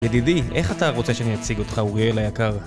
ידידי, איך אתה רוצה שאני אציג אותך אוריאל היקר?